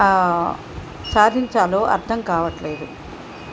సాధించాలో అర్థం కావట్లేదు